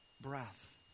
breath